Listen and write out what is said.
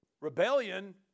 rebellion